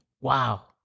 Wow